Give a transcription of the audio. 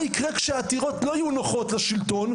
מה יקרה כאשר העתירות לא יהיו נוחות לשלטון?